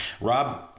Rob